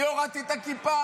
אני הורדתי את הכיפה?